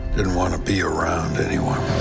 didn't want to be around anyone.